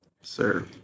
Sir